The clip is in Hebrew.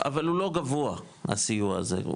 אבל הוא לא גבוה הסיוע הזה,